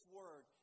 word